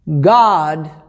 God